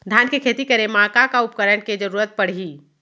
धान के खेती करे मा का का उपकरण के जरूरत पड़हि?